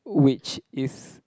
which is